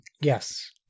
Yes